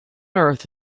earth